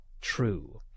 true